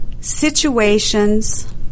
situations